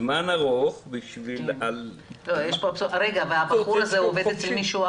זמן ארוך --- והוא עובד אצל מישהו אחר?